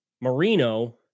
Marino